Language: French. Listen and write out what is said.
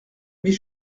mais